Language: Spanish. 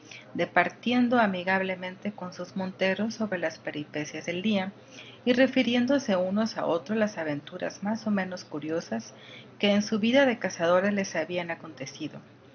departiendo amigablemente con sus monteros sobre las peripecias del día y refiriéndose unos a otros las aventuras más o menos curiosas que en su vida de cazadores les habían acontecido